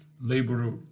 labor